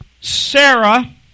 Sarah